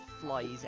flies